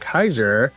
Kaiser